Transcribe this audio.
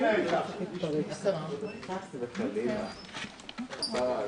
בבקשה.